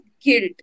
guilt